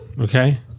okay